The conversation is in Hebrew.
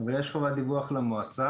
אבל יש חובת דיווח למועצה.